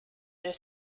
their